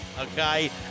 Okay